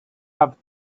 have